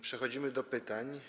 Przechodzimy do pytań.